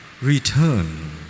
return